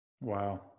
Wow